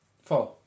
Four